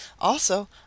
Also